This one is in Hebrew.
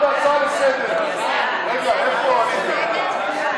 ההצעה להפוך את הצעת חוק פיקוח על רווחי שיווק בתוצרת חקלאית,